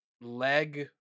Leg